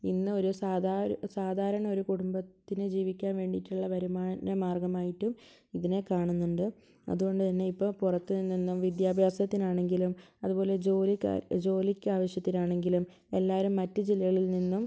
ഇന്ന് ഒരു സാധാരണ ഒരു സാധാരണ ഒരു കുടുംബത്തിന് ജീവിക്കാൻ വേണ്ടീട്ടുള്ള വരുമാന മാർഗ്ഗമായിട്ടും ഇതിനെ കാണുന്നുണ്ട് അതുകൊണ്ട് തന്നെ ഇപ്പോൾ പുറത്ത് നിന്നും ഇപ്പോൾ വിദ്യാഭ്യാസത്തിനാണെങ്കിലും അതുപോലെ ജോലിക്ക് ജോലിക്കാവിശ്യത്തിനാണെങ്കിലും എല്ലാവരും മറ്റു ജില്ലകളിൽ നിന്നും